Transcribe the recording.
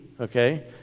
okay